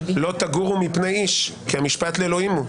לא תגורו מפני איש, כי המשפט לאלוהים הוא.